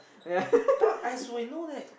yeah